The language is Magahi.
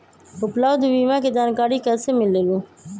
उपलब्ध बीमा के जानकारी कैसे मिलेलु?